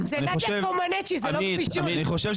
נדיה קומנצ'י, זאת לא גמישות.